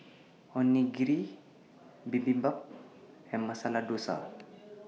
Onigiri Bibimbap and Masala Dosa